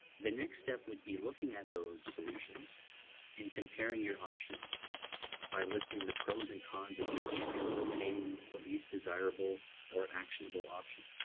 the next step would looking at those solutions and comparing your options by listing the pros and cons of each and eliminating the least desirable or actionable options.